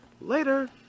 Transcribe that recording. later